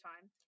time